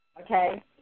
Okay